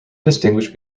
distinguish